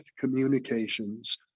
communications